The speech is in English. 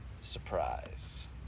Surprise